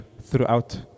throughout